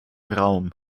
raum